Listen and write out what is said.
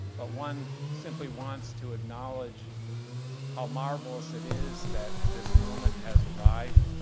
but one simply wants to acknowledge how marvelous it is that this moment has arrived.